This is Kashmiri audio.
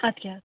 اَدٕ کیٚاہ